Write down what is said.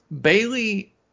Bailey